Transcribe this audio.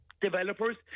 developers